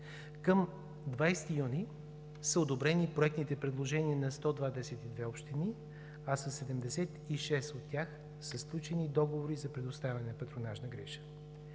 Към 20 юни са одобрени проектните предложения на 122 общини, а със 76 от тях са сключени договори за предоставяне на патронажна грижа.